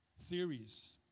theories